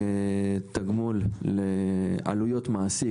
עלויות מעסיק,